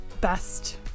best